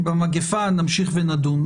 במגפה ונמשיך ונדון.